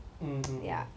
mmhmm mm